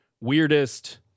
weirdest